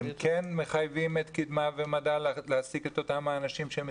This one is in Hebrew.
אתם כן מחייבים את קדימה מדע להעסיק את אותם האנשים שהם